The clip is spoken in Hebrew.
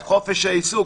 את חופש העיסוק,